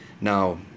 now